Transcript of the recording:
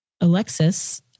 alexis